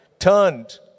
turned